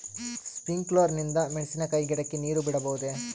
Sprinkler ನಿಂದ ಮೆಣಸಿನಕಾಯಿ ಗಿಡಕ್ಕೆ ನೇರು ಬಿಡಬಹುದೆ?